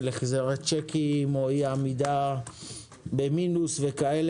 החזרי צ'קים או אי עמידה במינוס וכולי,